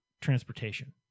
transportation